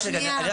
אם